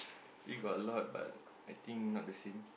still got a lot but I think not the same